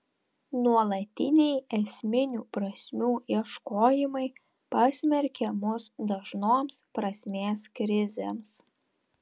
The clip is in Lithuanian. nuolatiniai esminių prasmių ieškojimai pasmerkia mus dažnoms prasmės krizėms